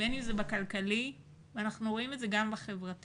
בין אם זה ברמה הכלכלית ואנחנו רואים את זה גם ברמה החברתית.